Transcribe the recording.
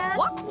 walk,